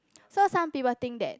so some people think that